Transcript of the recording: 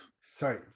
Sorry